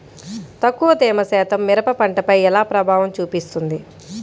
తక్కువ తేమ శాతం మిరప పంటపై ఎలా ప్రభావం చూపిస్తుంది?